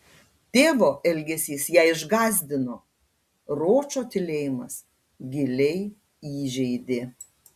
tėvo elgesys ją išgąsdino ročo tylėjimas giliai įžeidė